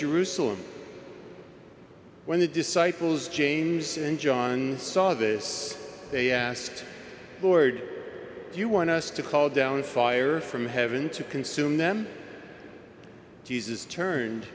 jerusalem when the disciples james and john saw this they asked lord do you want us to call down fire from heaven to consume them jesus turned